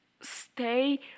stay